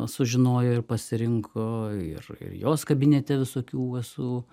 sužinojo ir pasirinko ir ir jos kabinete visokių esu